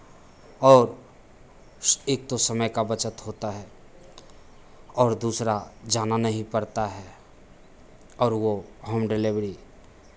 और एक तो समय का बचत होता है और दूसरा जाना नहीं पड़ता है और वो होम डिलिवरी